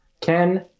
Ken